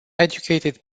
educated